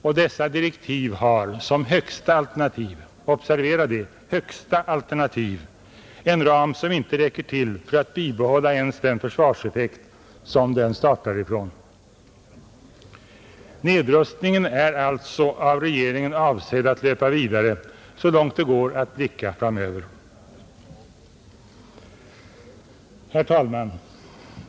Och dessa direktiv har som högsta alternativ en ram som inte räcker till för att bibehålla ens den försvarseffekt som den startar från. Nedrustningen är alltså av regeringen avsedd att löpa vidare så långt det går att blicka framöver. Herr talman!